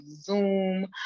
Zoom